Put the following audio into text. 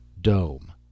dome